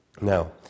Now